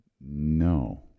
No